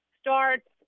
starts